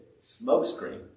smokescreen